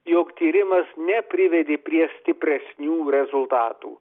jog tyrimas neprivedė prie stipresnių rezultatų